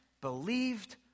believed